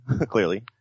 clearly